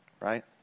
Right